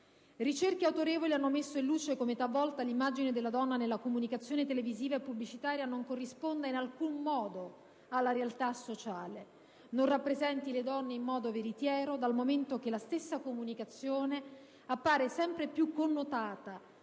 Ricerche autorevoli hanno messo in luce come talvolta l'immagine della donna nella comunicazione televisiva e pubblicitaria non corrisponda in alcun modo alla realtà sociale, non rappresenti le donne in modo veritiero, dal momento che la stessa comunicazione appare sempre più connotata